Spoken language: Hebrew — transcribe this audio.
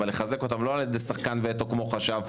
אבל לחזק אותן לא על ידי שחקן וטו כמו חשב,